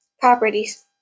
properties